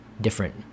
different